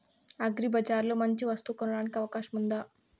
అగ్రిబజార్ లో మంచి వస్తువు కొనడానికి అవకాశం వుందా?